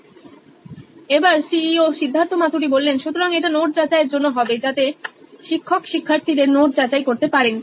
Siddharth Maturi CEO nine electronics সুতরাং এটি note যাচাইয়ের জন্য হবে যাতে শিক্ষক শিক্ষার্থীদের নোট যাচাই করতে পারেন